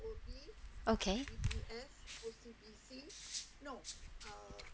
okay